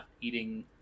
eating